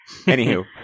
Anywho